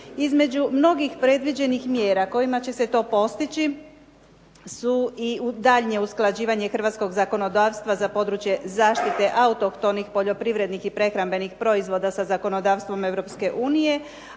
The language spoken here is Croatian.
Između mnogih predviđenih mjera kojima će se to postići su i daljnje usklađivanje hrvatskog zakonodavstva za područje zaštite autohtonih poljoprivrednih i prehrambenih proizvoda sa zakonodavstvom